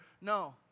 No